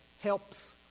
helps